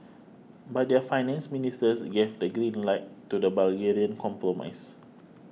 but their finance ministers gave the green light to the Bulgarian compromise